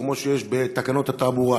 כמו שיש בתקנות התעבורה,